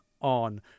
on